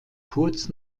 kurz